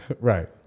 Right